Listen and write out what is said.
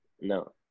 No